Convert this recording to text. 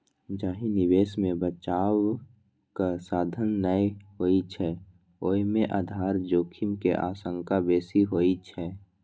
जाहि निवेश मे बचावक साधन नै होइ छै, ओय मे आधार जोखिम के आशंका बेसी होइ छै